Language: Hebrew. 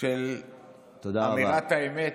של אמירת האמת,